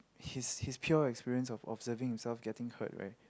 his his pure experience of observing himself getting hurt right